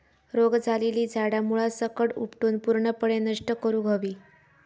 रोग झालेली झाडा मुळासकट उपटून पूर्णपणे नष्ट करुक हवी